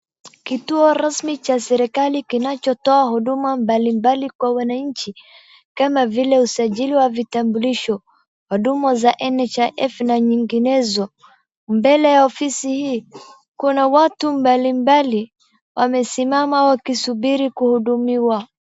Kituo rasmi cha serikali kinachotoa huduma mbalimbali kwa wananchi, kama vile usajili wa vitambulisho, huduma za NHIF na nyinginezo. Mbele ya ofisi kuna watu mbalimbali, wamesimama wakisubiri kuhudumiwa.